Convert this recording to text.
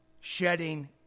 shedding